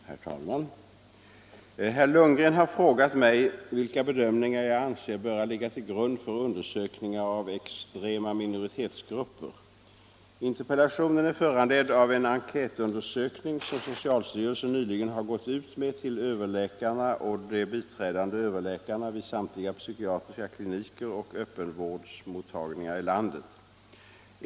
Herr talman! Herr Lundgren har frågat mig vilka bedömningar jag anser bör ligga till grund för undersökningar av extrema minoritetsgrupper. Interpellationen är föranledd av en enkätundersökning som socialstyrelsen nyligen har gått ut med till överläkarna och de biträdande överläkarna vid samtliga psykiatriska kliniker och öppenvårdsmottagningar i landet.